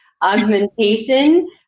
augmentation